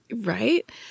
Right